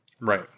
Right